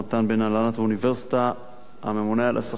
בין הנהלת האוניברסיטה לממונה על השכר,